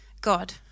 God